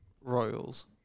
royals